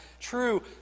true